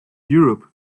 europe